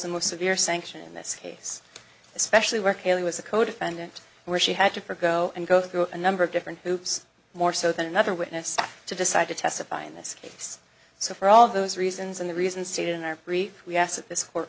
a more severe sanction in this case especially work really was a codefendant where she had to for go and go through a number of different hoops more so than another witness to decide to testify in this case so for all of those reasons and the reason stated in our brief we asked that this court